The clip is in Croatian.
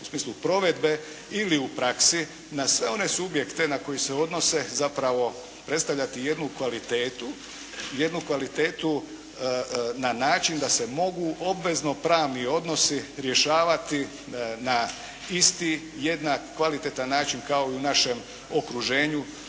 u smislu provedbe ili u praksi na sve one subjekte na koje se odnose zapravo predstavljati jednu kvalitetu. Jednu kvalitetu na način da se mogu obvezno pravni odnosi rješavati na isti, jednak, kvalitetan način kao i u našem okruženju,